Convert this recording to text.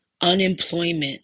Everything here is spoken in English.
unemployment